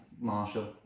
Marshall